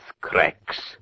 cracks